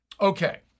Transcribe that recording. Okay